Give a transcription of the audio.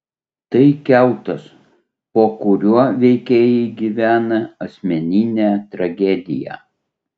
tai kiautas po kuriuo veikėjai gyvena asmeninę tragediją